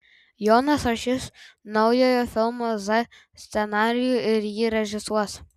jonas rašys naujojo filmo z scenarijų ir jį režisuos